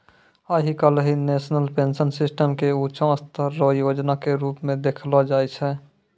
आइ काल्हि national pension system के ऊंचों स्तर रो योजना के रूप मे देखलो जाय छै